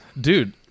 Dude